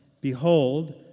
Behold